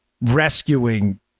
rescuing